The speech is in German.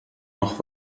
noch